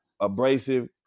abrasive